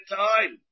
time